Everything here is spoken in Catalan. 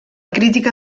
crítica